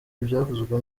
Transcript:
ibyavuzwe